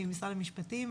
ממשרד המשפטים,